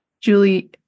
Julie